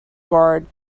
guard